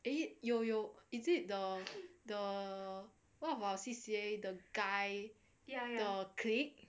eh 有有 is it the the one of our C_C_A the guy the clique